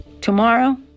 tomorrow